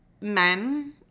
men